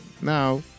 Now